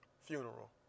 funeral